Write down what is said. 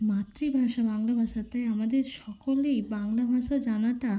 মাতৃভাষা বাংলা ভাষা তাই আমাদের সকলেরই বাংলা ভাষা জানাটা